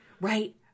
Right